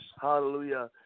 Hallelujah